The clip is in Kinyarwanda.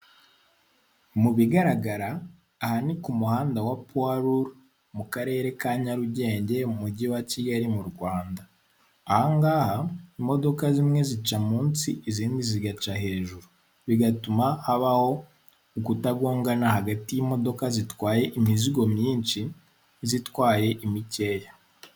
Mu bigaragara, aha ni ku muhanda wa puruwa ruru, mu karere ka nyarugenge mu mugi wa kigali mu Rwanda. Ahangaha imodoka zimwe zica munsi izindi zigaca hejuru bigatuma habaho ukutagongana hagati y'imodoka zitwaye imizigo myinshi, n'itwaye imikeya.